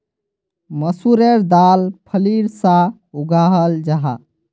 मसूरेर दाल फलीर सा उगाहल जाहा